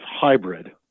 hybrid